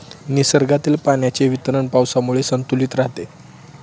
निसर्गातील पाण्याचे वितरण पावसामुळे संतुलित राहते